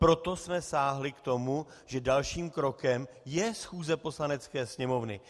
Proto jsme sáhli k tomu, že dalším krokem je schůze Poslanecké sněmovny.